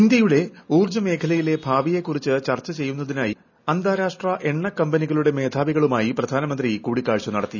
ഇന്ത്യയുടെ ഉദ്യർജ്ജ മേഖലയിലെ ഭാവിയെ കുറിച്ച് ചർച്ച ചെയ്യുന്ന്തിനായി അന്താരാഷ്ട എണ്ണക്കമ്പനികളുടെ മേധ്ാവികളുമായി പ്രധാനമന്ത്രി കൂടിക്കാഴ്ച നടത്തി